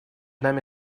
нами